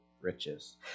riches